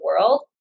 world